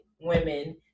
women